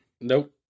Nope